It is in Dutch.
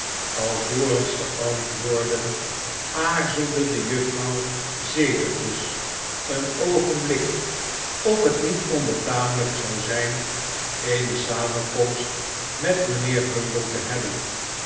alvorens te antwoorden aarzelde de juffrouw zedigjes een oogenblik of het niet onbetamelijk zou zijn eene samenkomst met mijnheer bumble te hebben